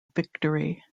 victory